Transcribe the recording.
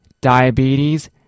diabetes